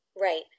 Right